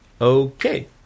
Okay